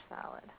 salad